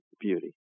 beauty